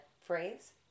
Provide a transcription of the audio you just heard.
phrase